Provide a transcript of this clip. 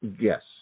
yes